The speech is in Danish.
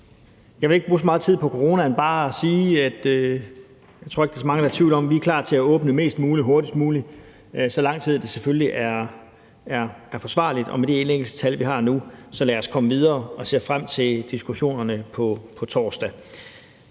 jeg ikke tror, der er så mange, der er i tvivl om, at vi er klar til at åbne mest muligt hurtigst muligt, så længe det selvfølgelig er forsvarligt, og med de indlæggelsestal, vi har nu, synes jeg, vi skal komme videre. Vi ser frem til diskussionerne på torsdag.